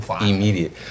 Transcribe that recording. Immediate